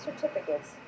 certificates